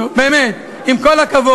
נו, באמת, עם כל הכבוד.